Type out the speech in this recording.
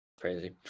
Crazy